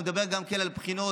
הוא מדבר גם כן על בחינות,